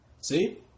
See